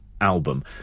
album